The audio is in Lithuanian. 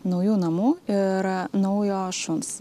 naujų namų ir naujo šuns